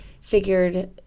figured